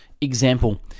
Example